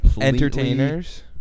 entertainers